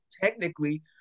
technically